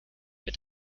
wird